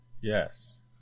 yes